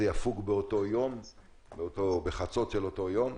זה יפוג בחצות של אותו יום.